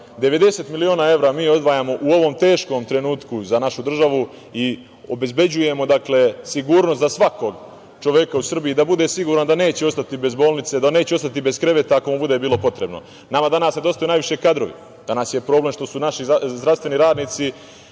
90 miliona evra odvajamo u ovom teškom trenutku za našu državu i obezbeđujemo sigurnost za svakog čoveka u Srbiji, da bude siguran da neće ostati bez bolnice, da neće ostati bez kreveta ako mu bude bilo potrebno. Nama danas nedostaju najviše kadrovi, danas je problem što su naši zdravstveni radnici